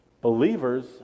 Believers